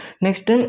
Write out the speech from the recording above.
Next